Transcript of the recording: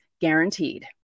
guaranteed